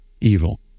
evil